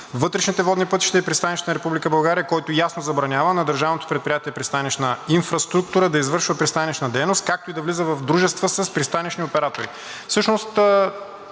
вътрешните водни пътища и пристанища на Република България, който ясно забранява на Държавно предприятие „Пристанищна инфраструктура“ да извършва пристанищна дейност, както и да влиза в дружества с пристанищни оператори. Всъщност,